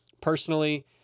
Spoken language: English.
personally